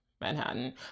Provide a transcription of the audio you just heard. Manhattan